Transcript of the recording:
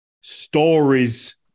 stories